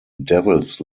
devils